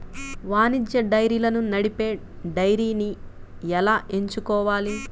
వాణిజ్య డైరీలను నడిపే డైరీని ఎలా ఎంచుకోవాలి?